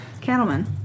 cattleman